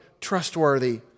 trustworthy